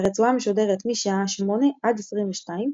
הרצועה משודרת משעה 800 עד 2200,